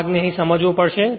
આ ભાગને અહીં સમજવો પડશે